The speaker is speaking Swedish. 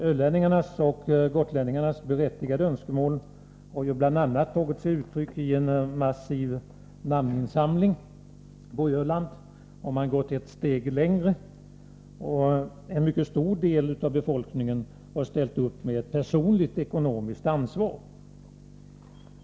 Ölänningarnas och gotlänningarnas berättigade önskemål har bl.a. tagit sig uttryck i en massiv namninsamling. På Öland har man gått ett steg längre, och en mycket stor del av befolkningen har ställt upp med ett personligt ekonomiskt ansvar.